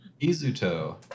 Izuto